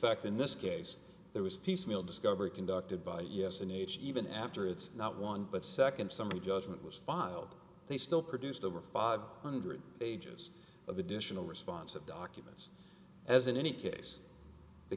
effect in this case there was piecemeal discovery conducted by yes an h even after it's not won but nd somebody judgment was filed they still produced over five hundred dollars ages of additional response at documents as in any case the